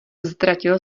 ztratil